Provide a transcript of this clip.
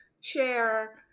share